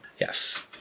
yes